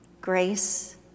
grace